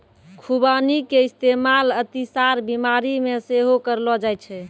खुबानी के इस्तेमाल अतिसार बिमारी मे सेहो करलो जाय छै